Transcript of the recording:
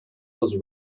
was